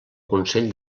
consell